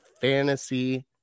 fantasy